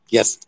Yes